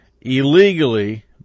illegally